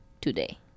today